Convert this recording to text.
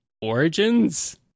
Origins